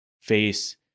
face